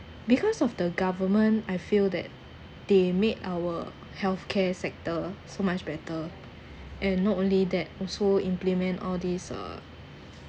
because of the government I feel that they made our healthcare sector so much better and not only that also implement all these ah